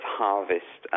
harvest